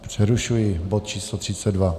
Přerušuji bod č. 32.